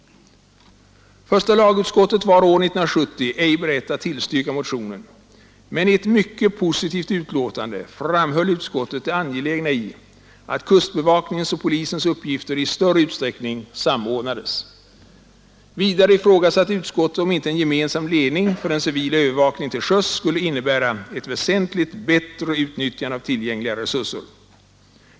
Första lagutskottet var år 1970 ej berett att tillstyrka motionen, men i ett mycket positivt utlåtande framhöll utskottet det angelägna i att kustbevakningens och polisens uppgifter i större utsträckning samordnades. Vidare ifrågasatte utskottet om inte en gemensam ledning för den civila övervakningen till sjöss skulle innebära ett väsentligt bättre utnyttjande av tillgängliga resurser.